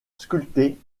sculptée